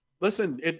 listen